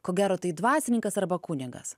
ko gero tai dvasininkas arba kunigas